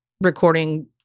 recording